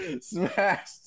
smashed